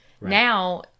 Now